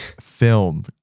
film